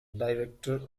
director